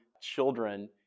children